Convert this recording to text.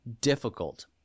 difficult